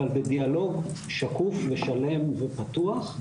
אבל בדיאלוג שקוף ושלם ופתוח,